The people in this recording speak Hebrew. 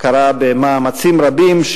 זה קרה במאמצים רבים,